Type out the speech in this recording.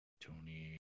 Tony